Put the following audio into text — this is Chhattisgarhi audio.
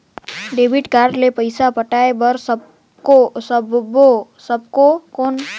डेबिट कारड ले पइसा पटाय बार सकबो कौन?